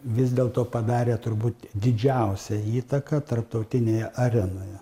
vis dėlto padarė turbūt didžiausią įtaką tarptautinėje arenoje